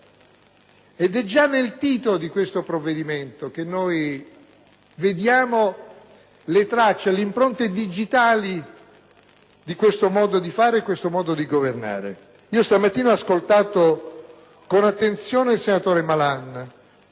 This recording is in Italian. Già nel titolo di questo provvedimento vediamo le tracce, le impronte digitali di questo modo di fare e di governare. Stamattina ho ascoltato, con attenzione, il senatore Malan,